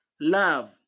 love